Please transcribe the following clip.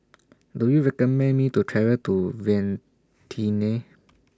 Do YOU recommend Me to travel to Vientiane